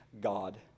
God